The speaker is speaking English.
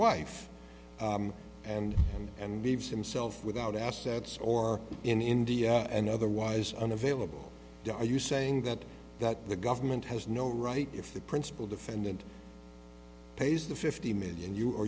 wife and and leaves himself without assets or in india and otherwise unavailable are you saying that that the government has no right if the principal defendant pays the fifty million you